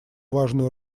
важную